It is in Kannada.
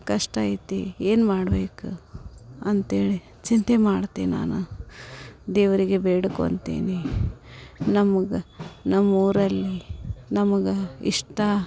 ಕಷ್ಟ ಐತಿ ಏನು ಮಾಡಬೇಕು ಅಂತೇಳಿ ಚಿಂತೆ ಮಾಡ್ತೆ ನಾನು ದೇವರಿಗೆ ಬೇಡ್ಕೊಂತೇನೆ ನಮಗೆ ನಮ್ಮ ಊರಲ್ಲಿ ನಮಗೆ ಇಷ್ಟ